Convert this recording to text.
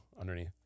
underneath